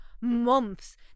months